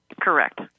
Correct